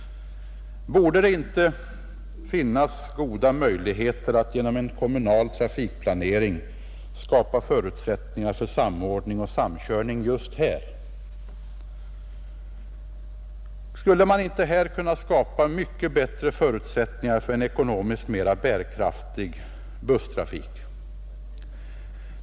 Borde det inte finnas goda möjligheter att genom en kommunal trafikplanering skapa förutsättningar för samordning och samkörning just här? Skulle man inte här kunna skapa mycket bättre förutsättningar för en ekonomiskt mera bärkraftig busstrafik?